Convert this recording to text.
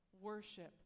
worship